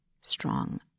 strong